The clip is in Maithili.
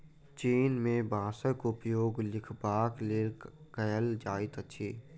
चीन में बांसक उपयोग लिखबाक लेल कएल जाइत अछि